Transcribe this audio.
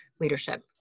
leadership